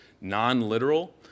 non-literal